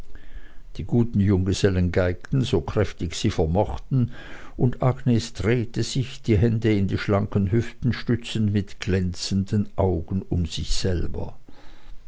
die guten junggesellen geigten so kräftig sie vermochten und agnes drehte sich die hände in die schlanken hüften stützend mit glänzenden augen um sich selber